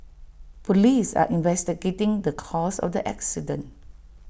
Police are investigating the cause of the accident